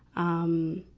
um,